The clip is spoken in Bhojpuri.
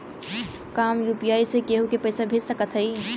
का हम यू.पी.आई से केहू के पैसा भेज सकत हई?